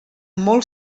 molt